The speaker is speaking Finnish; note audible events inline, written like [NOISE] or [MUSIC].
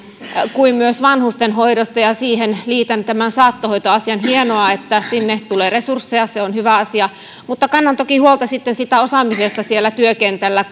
ja myös vanhustenhoidosta ja siihen liitän tämän saattohoitoasian hienoa että sinne tulee resursseja se on hyvä asia mutta kannan toki huolta sitten osaamisesta siellä työkentällä [UNINTELLIGIBLE]